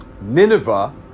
Nineveh